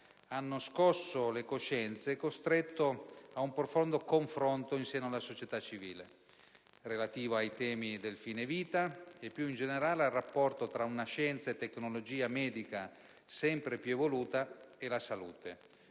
hanno scosso le coscienze e costretto ad un profondo confronto in seno alla società civile relativamente ai temi del fine vita e più in generale al rapporto tra una scienza e tecnologia medica sempre più evoluta e la salute,